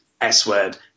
S-word